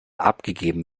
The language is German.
abgegeben